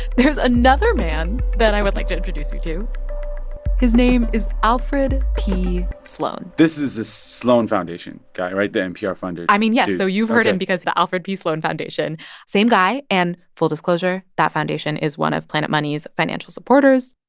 there's another man that i would like to introduce you to his name is alfred p. sloan this is the sloan foundation guy, right? the npr funder dude i mean, yeah. so you've heard him because the alfred p. sloan foundation same guy. and full disclosure, that foundation is one of planet money's financial supporters.